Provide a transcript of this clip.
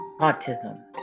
Autism